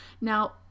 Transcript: Now